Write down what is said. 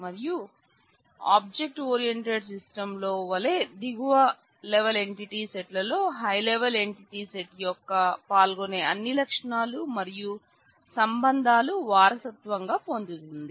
మరియు object oriented system లో వలే దిగువ లెవల్ ఎంటిటీ సెట్ లో హైలెవల్ ఎంటిటీ సెట్ యొక్క పాల్గొనే అన్ని లక్షణాలు మరియు సంబంధాలు వారసత్వంగా పొందుతుంది